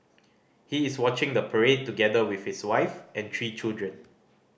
he is watching the parade together with his wife and three children